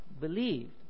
believed